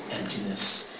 emptiness